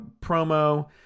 promo